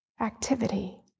activity